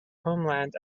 homeland